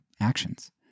actions